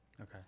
okay